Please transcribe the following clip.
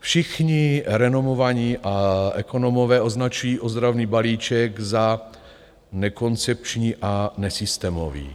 Všichni renomovaní ekonomové označují ozdravný balíček za nekoncepční a nesystémový.